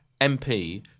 mp